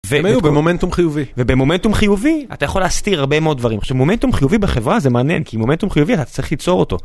והם היו במומנטום חיובי ובמומנטום חיובי אתה יכול להסתיר הרבה מאוד דברים. עכשיו מומנטום חיובי בחברה זה מעניין כי מומנטום חיובי אתה צריך ליצור אותו.